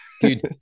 dude